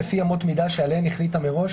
לפי אמות מידה שעליהן החליטה מראש,